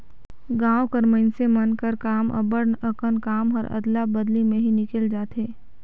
गाँव कर मइनसे मन कर अब्बड़ अकन काम हर अदला बदली में ही निकेल जाथे